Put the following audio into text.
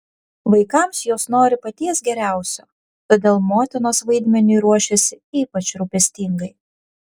vaikams jos nori paties geriausio todėl motinos vaidmeniui ruošiasi ypač rūpestingai